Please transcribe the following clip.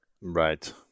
Right